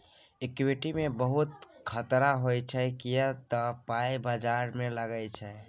equity मे बहुत खतरा होइ छै किए तए पाइ बजार मे लागै छै